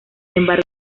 embargo